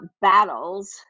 battles